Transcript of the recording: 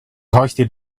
hoisted